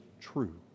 true